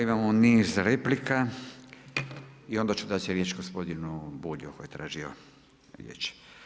Imamo niz replika i onda ću dati riječ gospodin Bulju koji je tražio riječ.